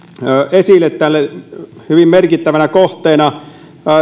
esille hyvin merkittävänä kohteena